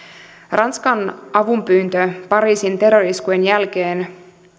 ranskan avunpyyntö pariisin terrori iskujen jälkeen